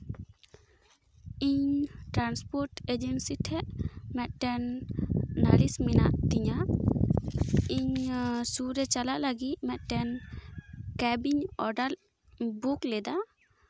ᱤᱧ transport agency ᱴᱷᱮᱡ ᱢᱤᱫᱴᱮᱱ ᱱᱟᱞᱤᱥ ᱢᱮᱱᱟᱜ ᱛᱤᱧᱟᱹ ᱤᱧ ᱥᱩᱨ ᱨᱮ ᱪᱟᱞᱟᱜ ᱞᱟᱹᱜᱤᱫ ᱢᱤᱫᱴᱮᱱ ᱠᱮᱵ ᱤᱧ ᱚᱰᱟᱨ ᱵᱩᱠ ᱞᱮᱫᱟ